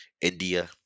india